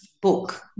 book